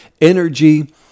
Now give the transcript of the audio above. energy